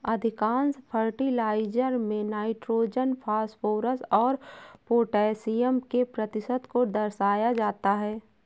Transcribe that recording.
अधिकांश फर्टिलाइजर में nitrogen, phosphorus और पौटेशियम के प्रतिशत को दर्शाया जाता है